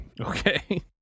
Okay